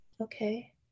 Okay